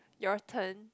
your turn